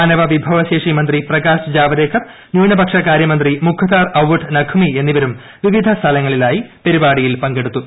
മാന്പ്പ് വിഭവശേഷി മന്ത്രി പ്രകാശ് ജാവദേക്കർ ന്യൂനപക്ഷകാര്യം മന്ത്രി മുഖ്താർ അവ്വൊഡ് നഖ്മി എന്നിവരും വിവിധ സ്ഥലങ്ങളിലായി പരിപാടിയിൽ പങ്കെടുത്തു